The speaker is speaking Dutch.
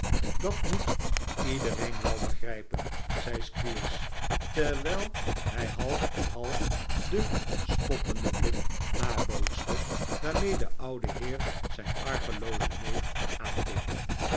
dat moet iedereen wel begrijpen zei squeers terwijl hij half en half den spottenden blik nabootste waarmee de oude heer zijn argeloozen neef aankeek